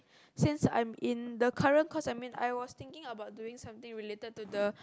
since I'm in the current course I'm in I was thinking of doing something related to the